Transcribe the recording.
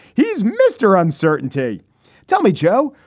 he's mr. uncertainty tell me, joe,